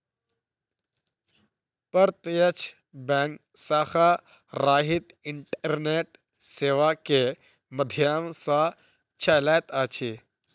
प्रत्यक्ष बैंक शाखा रहित इंटरनेट सेवा के माध्यम सॅ चलैत अछि